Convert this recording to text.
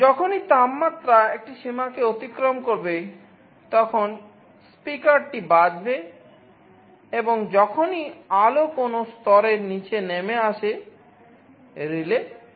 যখনই তাপমাত্রা একটি সীমাকে অতিক্রম করবে তখন স্পিকারটি বাজবে এবং যখনই আলো কোনও স্তরের নীচে নেমে আসে রিলে সক্রিয় হবে